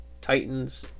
Titans